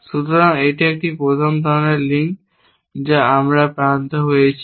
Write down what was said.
সুতরাং এটি একটি প্রথম ধরণের লিঙ্ক যা আমরা প্রান্ত হয়েছি